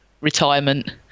retirement